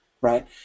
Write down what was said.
right